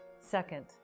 second